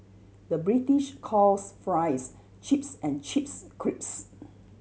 the British calls fries chips and chips crisps